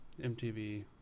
mtv